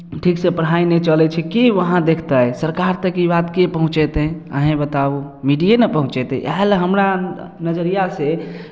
ठीकसँ पढ़ाइ नहि चलै छै के वहाँ देखतै सरकार तक ई बात के पहुँचयतै अहीँ बताउ मीडिये ने पहुँचयतै इएह लेल हमरा नजरियासँ